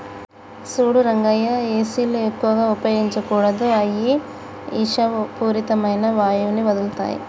సూడు రంగయ్య ఏసీలు ఎక్కువగా ఉపయోగించకూడదు అయ్యి ఇషపూరితమైన వాయువుని వదులుతాయి